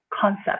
concept